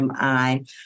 AMI